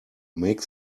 make